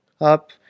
up